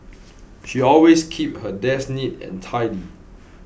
she always keeps her desk neat and tidy